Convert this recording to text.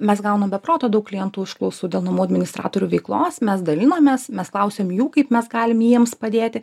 mes gaunam be proto daug klientų užklausų dėl namų administratorių veiklos mes dalinamės mes klausiam jų kaip mes galim jiems padėti